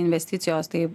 investicijos tai